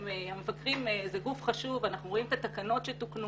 המבקרים הם גוף חשוב ואנחנו רואים את התקנות שתוקנו